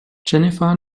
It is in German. jennifer